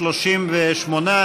38,